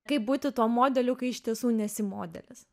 kaip būti tuo modeliu kai iš tiesų nesi modelis